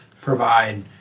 provide